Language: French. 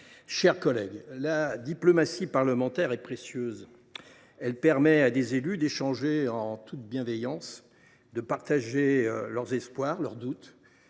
chers collègues, la diplomatie parlementaire est précieuse. Elle permet à des élus d’échanger en toute bienveillance, ainsi que de partager leurs espoirs, leurs doutes